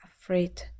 afraid